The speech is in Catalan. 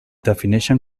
defineixen